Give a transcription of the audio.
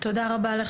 תודה רבה.